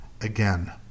Again